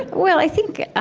well, i think,